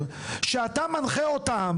שיהיה ברור,